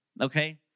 Okay